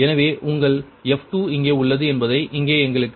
எனவே உங்கள் f2 இங்கே உள்ளது என்பதை இங்கே எங்களுக்கு 0